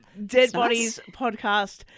Deadbodiespodcast